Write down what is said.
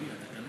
הנה.